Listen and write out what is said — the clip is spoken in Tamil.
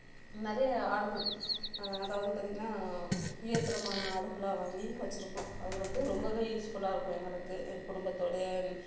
நிறைய ஆடுகள் அதாவது பார்த்திங்கனா உயர்தரமான ஆடுகளாக வாங்கி வச்சிருக்கோம் அது வந்து ரொம்பவே யூஸ்ஃபுல்லாக இருக்கும் எங்களுக்கு எங்கள் குடும்பத்தோடயே